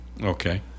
Okay